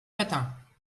matin